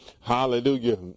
hallelujah